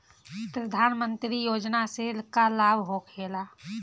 प्रधानमंत्री योजना से का लाभ होखेला?